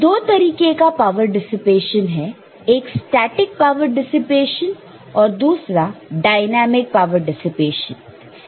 तो दो तरीके का पावर डिसिपेशन है एक स्टेटिक पावर डिसिपेशन और दूसरा डायनेमिक पावर डिसिपेशन है